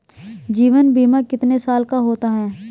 जीवन बीमा कितने साल का होता है?